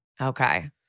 Okay